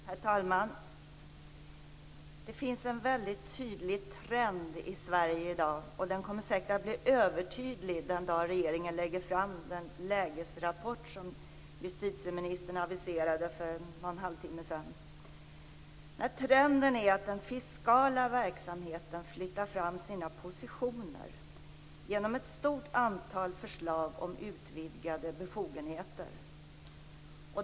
Herr talman! Det finns en väldigt tydlig trend i Sverige i dag, och den kommer säkert att bli övertydlig den dag som regeringen lägger fram den lägesrapport som justitieministern aviserade för en halvtimme sedan. Trenden är att den fiskala verksamheten flyttar fram sina positioner genom ett stort antal förslag om utvidgade befogenheter.